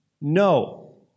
No